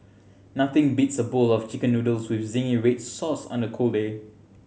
nothing beats a bowl of Chicken Noodles with zingy red sauce on a cold day